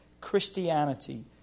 Christianity